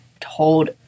told